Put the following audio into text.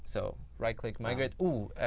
so right click, migrate. ooh,